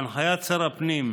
בהנחיית שר הפנים,